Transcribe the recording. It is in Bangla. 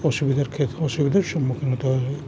অসুবিধার কেত অসুবিধার সম্মুখীন হতে হয়ে